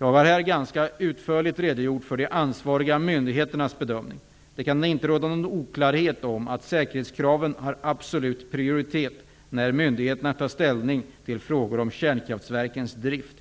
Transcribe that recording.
Jag har här ganska utförligt redogjort för de ansvariga myndigheternas bedömningar. Det kan inte råda någon oklarhet om att säkerhetskraven har absolut prioritet när myndigheterna tar ställning till frågor om kärnkraftsverkens drift.